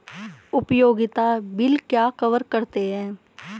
उपयोगिता बिल क्या कवर करते हैं?